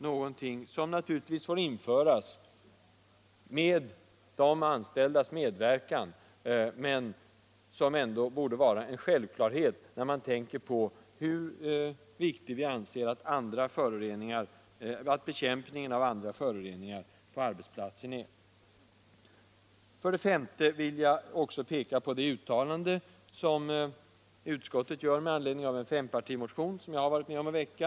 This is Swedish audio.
Den får naturligtvis införas med de anställdas medverkan, men den borde vara en självklarhet när man tänker på hur viktig vi anser att bekämpningen av andra föroreningar på arbetsplatsen är. Vidare vill jag peka på det uttalande som utskottet gör med anledning av en fempartimotion som jag har varit med om att väcka.